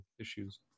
issues